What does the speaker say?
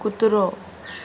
कुत्रो